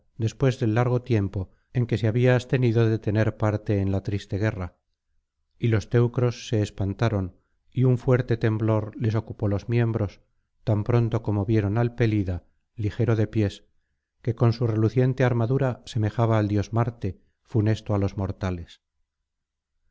después del largo tiempo en que se había abstenido de tener parte en la triste guerra y los teucros se espantaron y un fuerte temblor les ocupó los miembros tan pronto como vieron al pelida ligero de pies que con su reluciente armadura semejaba al dios marte funesto á los mortales